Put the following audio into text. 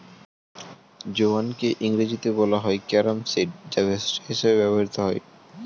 জোয়ানকে ইংরেজিতে বলা হয় ক্যারাম সিড যা ভেষজ হিসেবে ব্যবহৃত হয়